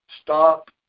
Stop